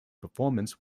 performance